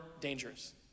dangerous